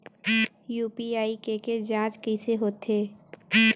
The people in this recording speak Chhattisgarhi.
यू.पी.आई के के जांच कइसे होथे?